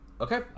okay